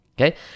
okay